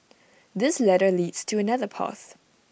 this ladder leads to another path